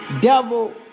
devil